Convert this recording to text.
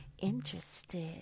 interested